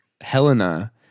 Helena